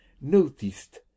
noticed